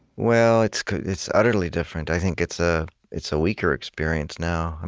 well, it's it's utterly different. i think it's ah it's a weaker experience now.